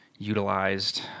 utilized